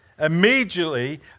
Immediately